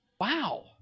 wow